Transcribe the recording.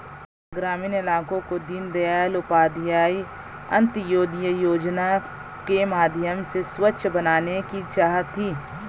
ग्रामीण इलाकों को दीनदयाल उपाध्याय अंत्योदय योजना के माध्यम से स्वच्छ बनाने की चाह थी